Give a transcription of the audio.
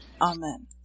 Amen